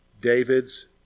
David's